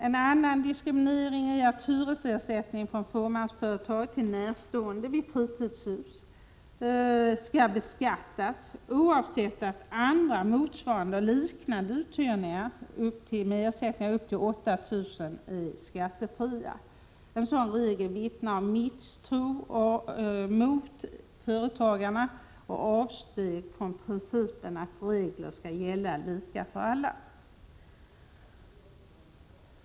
En annan diskriminering är att hyresersättning från fåmansföretag till närstående skall beskattas, i vad gäller fritidshus, oavsett att motsvarande och liknande uthyrningar upp till 8 000 kr. är skattefria. En sådan regel vittnar om misstro mot företagarna och ett avsteg från principen att regler skall gälla lika för alla.